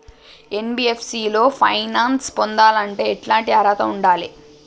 NBFC లో finance పొందాలంటే ఎట్లాంటి అర్హత ఉండాలే?